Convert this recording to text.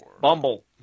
Bumble